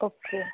okay